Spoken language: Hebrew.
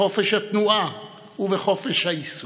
בחופש התנועה ובחופש העיסוק.